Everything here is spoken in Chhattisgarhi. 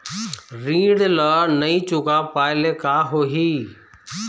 ऋण ला नई चुका पाय ले का होही?